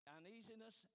uneasiness